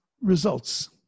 results